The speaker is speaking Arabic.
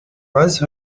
عزف